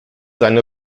seine